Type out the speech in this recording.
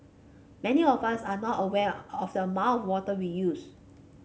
many of us are not aware of the amount of water we use